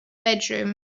bedroom